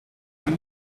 nous